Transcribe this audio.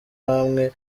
namwe